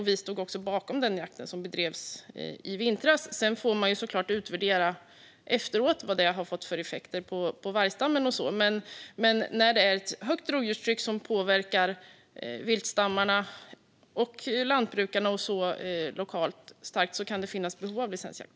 Vi stod också bakom den jakt som bedrevs i vintras. Sedan får man såklart efteråt utvärdera vad det har fått för effekter på vargstammen. Men när det är ett högt rovdjurstryck som påverkar viltstammarna och lantbrukarna lokalt kan det finnas behov av licensjakt.